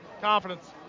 confidence